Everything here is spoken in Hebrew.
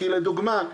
כי לדוגמא,